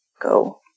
go